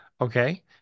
okay